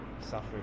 suffering